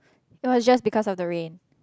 or it was just because of the rain